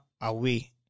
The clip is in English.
away